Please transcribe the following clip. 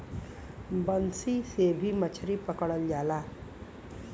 बंसी से भी मछरी पकड़ल जाला